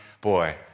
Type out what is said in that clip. boy